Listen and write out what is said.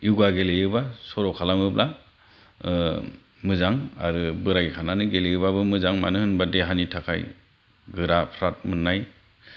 य'गा गेलेयोबा सर' खालामोब्ला मोजां आरो बोरायखानानै गेलेयोबाबो मोजां मानो होनोबा देहानि थाखाय गोरा फ्राट मोननाय